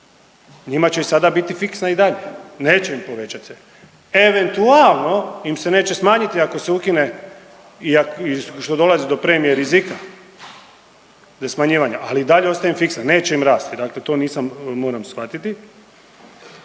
njima će i sada biti fiksna i dalje. Neće im povećati se. Eventualno im se neće smanjiti ako se ukine i što dolazi do premije rizika, do smanjivanja ali i dalje ostaje im fiksna, neće im rasti. Dakle, to nisam, moram shvatiti.